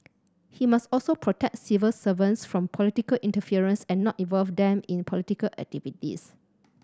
he must also protect civil servants from political interference and not involve them in political activities